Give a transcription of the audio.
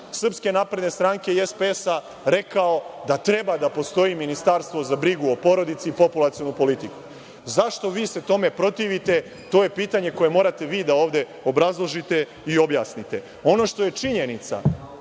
svaki birač SNS i SPS rekao da treba da postoji ministarstvo za brigu o porodici i populacionu politiku.Zašto vi se tome protivite? To je pitanje koje morate vi da ovde obrazložite i objasnite. Ono što je činjenica